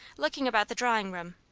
looking about the drawing-room.